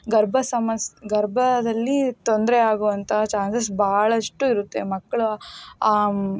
ಗರ್ಭ ಸಮಸ್ ಗರ್ಭದಲ್ಲಿ ತೊಂದರೆ ಆಗುವಂಥ ಚಾನ್ಸಸ್ ಭಾಳಷ್ಟು ಇರುತ್ತೆ ಮಕ್ಕಳು